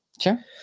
Sure